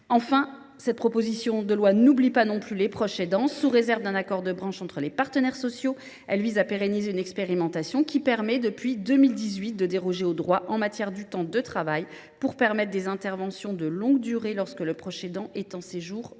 Enfin, cette proposition de loi n’oublie pas non plus les proches aidants. Sous réserve d’un accord de branche entre les partenaires sociaux, elle vise à pérenniser une expérimentation qui permet, depuis 2018, de déroger au droit en matière de temps de travail pour permettre des interventions de longue durée lorsque le proche aidant est en séjour de